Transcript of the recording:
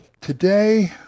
Today